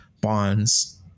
bonds